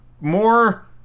more